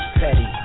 petty